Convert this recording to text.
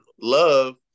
love